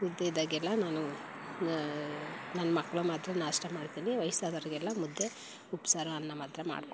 ಎಲ್ಲ ನಾನು ನನ್ನ ಮಕ್ಳಿಗೆ ಮಾತ್ರ ನಾಷ್ಟ ಮಾಡ್ತೀನಿ ವಯಸ್ಸಾದವರಿಗೆಲ್ಲ ಮುದ್ದೆ ಉಪ್ಸಾರು ಅನ್ನ ಮಾತ್ರ ಮಾಡ್ಕೊಡ್ತೀನಿ